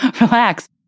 Relax